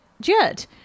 jet